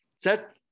Set